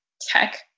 tech